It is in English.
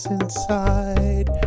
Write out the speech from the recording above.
inside